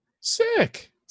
Sick